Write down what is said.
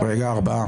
מי נמנע?